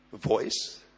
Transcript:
Voice